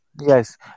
yes